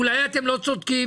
אולי אתם לא צודקים?